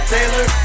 Taylor